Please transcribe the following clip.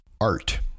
art